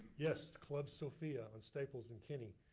yes, club sophia on staples and kenny.